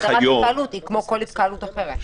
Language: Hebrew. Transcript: להגדרה של התקהלות היא כמו כל התקהלות אחרת.